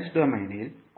s டொமைனில் குறிப்பிடப்படுகின்றன